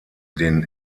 den